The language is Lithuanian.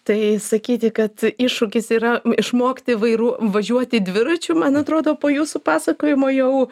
tai sakyti kad iššūkis yra išmokti vairu važiuoti dviračiu man atrodo po jūsų pasakojimo jau